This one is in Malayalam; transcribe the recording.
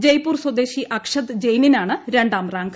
ജയ്പൂർ സ്വദേശി അക്ഷത് ജെയിനിനാണ് രണ്ടാം റാങ്ക്